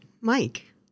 Mike